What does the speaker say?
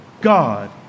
God